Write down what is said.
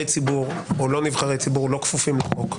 ציבור או לא נבחרי ציבור לא כפופים לחוק,